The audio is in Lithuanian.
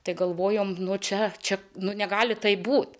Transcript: tai galvojome nu čia čia nu negali taip būt